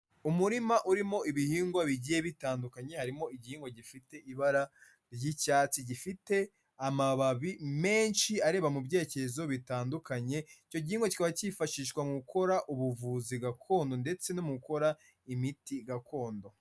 Umurima urimo ibihingwa bigiye bitandukanye harimo igihingwa gifite ibara ry'icyatsi gifite amababi menshi areba mu byerekezo bitandukanye, icyo gihingwa kikaba cyifashishwa mu gukora ubuvuzi gakondo ndetse no mu gukora imiti gakondo.